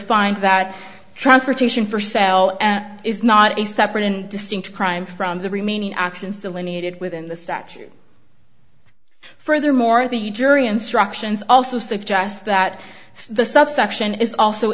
find that transportation for sale is not a separate and distinct crime from the remaining actions delineated within the statute furthermore the jury instructions also suggest that the subsection is also